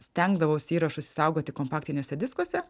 stengdavausi įrašus išsaugoti kompaktiniuose diskuose